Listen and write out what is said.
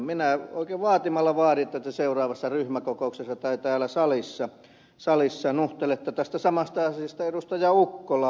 minä oikein vaatimalla vaadin että te seuraavassa ryhmäkokouksessa tai täällä salissa nuhtelette tästä samasta asiasta edustaja ukkolaa